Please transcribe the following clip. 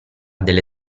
delle